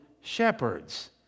shepherds